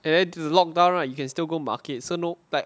and then the lock down right you can still go markets so no like